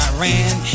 Iran